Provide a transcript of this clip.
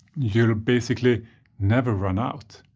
you'll basically never run out.